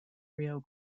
rio